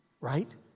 right